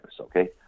okay